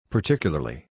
Particularly